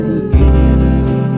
again